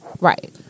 right